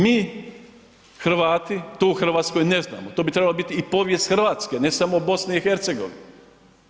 Mi Hrvati to u Hrvatskoj ne znamo, to bi trebalo biti i povijest Hrvatske ne samo BiH-a.